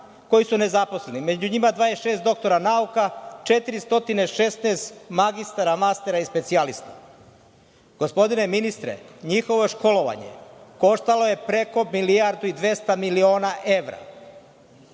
koji su nezaposleni, a među njima 26 doktora nauka, 416 magistara, mastera i specijalista. Gospodine ministre, njihovo školovanje koštalo je preko 1,2 milijarde evra.